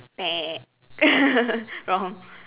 wrong